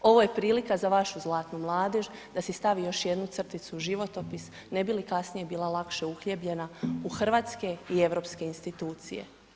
Ovo je prilika za vašu zlatnu mladež da si stavi još jednu crticu u životopis ne bi li kasnije bila lakše uhljebljena u hrvatske i europske institucije.